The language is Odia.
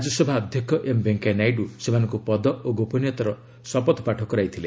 ରାଜ୍ୟସଭା ଅଧ୍ୟକ୍ଷ ଏମ୍ ଭେଙ୍କୟା ନାଇଡୁ ସେମାନଙ୍କୁ ପଦ ଓ ଗୋପନୀୟତାର ଶପଥପାଠ କରାଇଥିଲେ